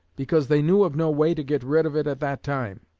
because they knew of no way to get rid of it at that time.